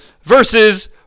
versus